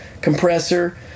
compressor